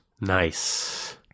Nice